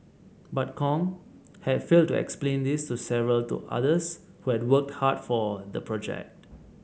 but Kong had failed to explain this to several to others who had worked hard for the project